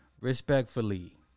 Respectfully